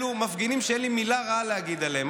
אלה מפגינים שאין לי מילה רעה להגיד עליהם,